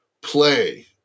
play